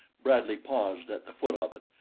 bradley paused at the foot of it,